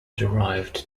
derived